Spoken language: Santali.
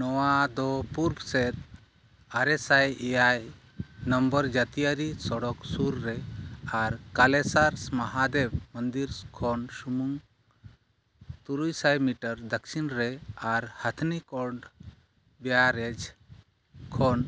ᱱᱚᱣᱟ ᱫᱚ ᱯᱩᱨᱩᱵ ᱥᱮᱫ ᱟᱨᱮᱥᱟᱭ ᱮᱭᱟᱭ ᱱᱟᱢᱵᱟᱨ ᱡᱟᱹᱛᱤᱭᱟᱹᱨᱤ ᱥᱚᱲᱚᱠ ᱥᱩᱨᱨᱮ ᱟᱨ ᱠᱟᱞᱮᱥᱟᱨ ᱢᱟᱦᱟᱫᱮᱵᱽ ᱢᱚᱱᱫᱤᱨ ᱠᱷᱚᱱ ᱥᱩᱢᱩᱝ ᱛᱩᱨᱩᱭᱥᱟᱭ ᱢᱤᱴᱟᱨ ᱫᱚᱠᱠᱷᱤᱱᱨᱮ ᱟᱨ ᱦᱟᱛᱷᱱᱤᱠᱚᱸᱰ ᱵᱮᱨᱮᱡᱽ ᱠᱷᱚᱱ